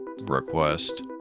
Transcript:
request